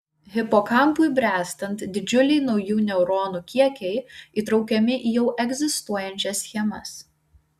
hipokampui bręstant didžiuliai naujų neuronų kiekiai įtraukiami į jau egzistuojančias schemas